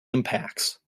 impacts